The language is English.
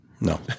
No